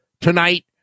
Tonight